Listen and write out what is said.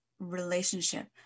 relationship